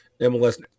MLS